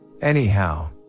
Anyhow